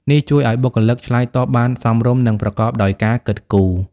នេះជួយឱ្យបុគ្គលិកឆ្លើយតបបានសមរម្យ និងប្រកបដោយការគិតគូរ។